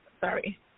Sorry